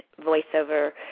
voiceover